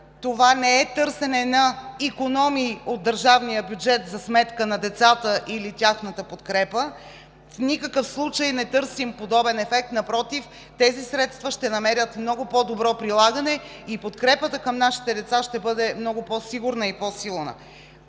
Това не е търсене на икономии от държавния бюджет за сметка на децата или тяхната подкрепа. В никакъв случай не търсим подобен ефект, напротив – тези средства ще намерят много по-добро прилагане и подкрепата към нашите деца ще бъде много по-сигурна и по-силна.